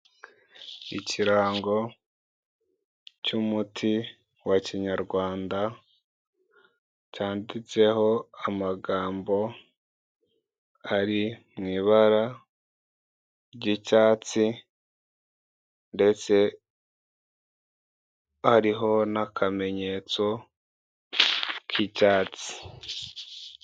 Ikirango cy'umuti wa kinyarwanda cyanditseho amagambo ari mu ibara ry'icyatsi ndetse hariho n'akamenyetso k'icyatsi.